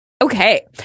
Okay